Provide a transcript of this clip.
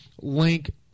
link